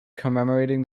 commemorating